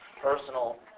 personal